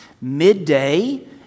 midday